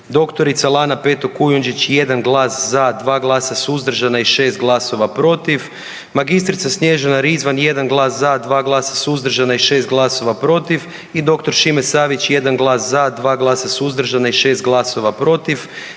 dr. Lana Peto Kujundžić 1 glas za, 2 glasa suzdržana i 6 glasova protiv, mag. Snježana Rizvan 1 glas za, 2 glasa suzdržana i 6 glasova protiv i dr. Šime Savić 1 glas za, 2 glasa suzdržana i 6 glasova protiv,